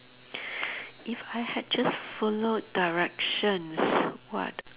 if I had just followed directions what